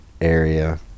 area